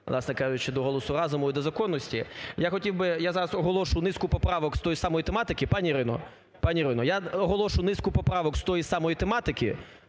власне кажучи, до голосу разуму і до законності. Я хотів би… Я зараз оголошу низку поправок з тої самої тематики. Пані Ірино! Пані Ірино, я оголошую низку поправок з тої самої тематики,